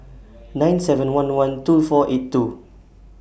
nine seven one one two four eight two